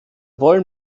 wollen